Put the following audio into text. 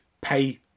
pay